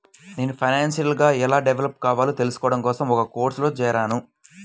నేను ఫైనాన్షియల్ గా ఎలా డెవలప్ కావాలో తెల్సుకోడం కోసం ఒక కోర్సులో జేరాను